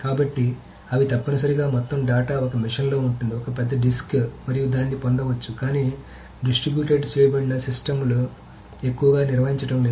కాబట్టి అవి తప్పనిసరిగా మొత్తం డేటా ఒక మెషీన్లో ఉంటుంది ఒక పెద్ద డిస్క్ మీరు దాన్ని పొందవచ్చు కానీ డిస్ట్రిబ్యూటెడ్ చేయబడిన సిస్టమ్లను ఎక్కువగా నిర్వహించడం లేదు